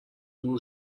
دور